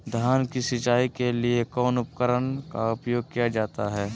धान की सिंचाई के लिए कौन उपकरण का उपयोग किया जाता है?